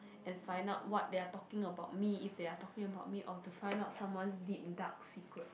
and find out what they're talking about me if they're talking about me or to find out someone's deep dark secrets